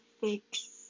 fix